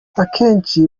akenshi